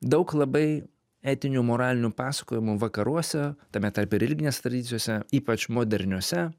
daug labai etinių moralinių pasakojimų vakaruose tame tarpe ir religinėse tradicijose ypač moderniose